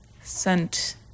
sent